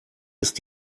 ist